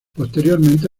posteriormente